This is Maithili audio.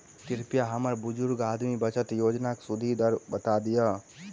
कृपया हमरा बुजुर्ग आदमी बचत योजनाक सुदि दर बता दियऽ